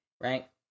right